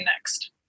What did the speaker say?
next